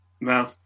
No